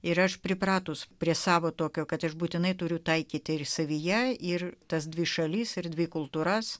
ir aš pripratus prie savo tokio kad aš būtinai turiu taikyti ir savyje ir tas dvi šalis ir kultūras